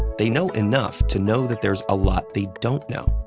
they know enough to know that there's a lot they don't know.